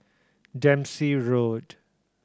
Dempsey Road